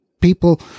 People